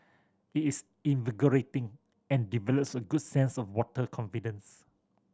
it is invigorating and develops a good sense of water confidence